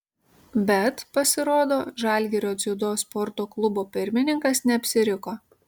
bet pasirodo žalgirio dziudo sporto klubo pirmininkas neapsiriko